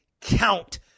count